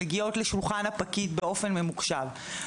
שמגיעות לשולחן הפקיד באופן ממוחשב.